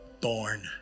born